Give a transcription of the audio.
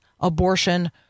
abortion